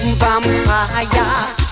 vampire